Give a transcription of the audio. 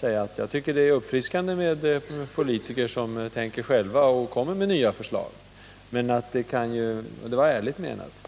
säga att jag tycker det är uppfriskande med politiker som tänker själva och som kommer med nya förslag. Och det är ärligt menat.